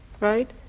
right